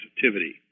sensitivity